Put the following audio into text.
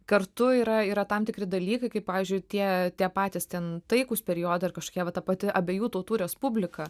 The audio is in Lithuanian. kartu yra yra tam tikri dalykai kaip pavyzdžiui tie tie patys ten taikūs periodai ar kažkokie va ta pati abiejų tautų respublika